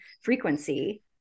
frequency